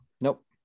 Nope